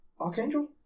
Archangel